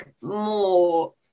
more